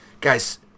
Guys